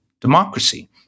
democracy